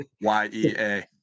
Y-E-A